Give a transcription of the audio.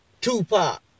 Tupac